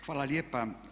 Hvala lijepa.